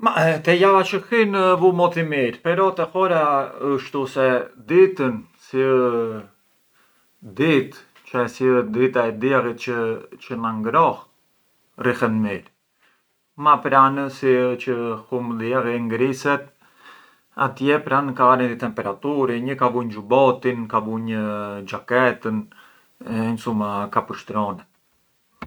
Te java çë hin vu motë i mirë, ma te hora ë shtu, ditën si ë dit, si ë drita e diellit çë na ngroh, rrihet mirë, ma pran si ë çë humb dielli e ngriset, atje pran kallaren i temperaturi e një ka vunj xhubotin, ka vunj xhaketën, incuma ka pështronet.